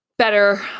Better